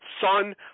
son